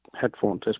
headphones